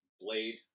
Blade